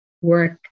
work